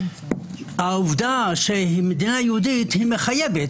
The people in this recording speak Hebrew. העובדה שהיא מדינה יהודית היא מחייבת.